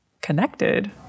Connected